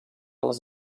les